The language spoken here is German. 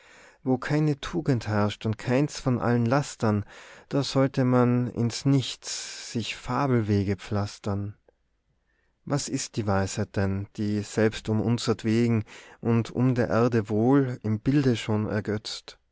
wo keine tugend herrscht und keins von allen lastern da sollte man ins nichts sich fabelwege pflastern was ist die weisheit denn die selbst um unsertwegen und um der erde wohl im bilde schon ergötzt